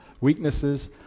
weaknesses